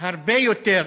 בהרבה יותר